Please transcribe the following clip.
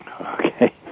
Okay